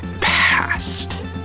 past